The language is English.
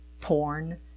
porn